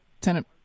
tenant